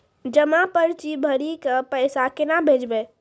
जमा पर्ची भरी के पैसा केना भेजबे?